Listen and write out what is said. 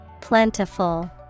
plentiful